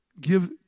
give